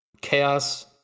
chaos